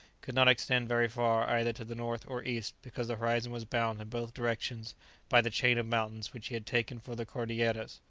could not extend very far either to the north or east, because the horizon was bounded in both directions by the chain of mountains which he had taken for the cordilleras.